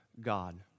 God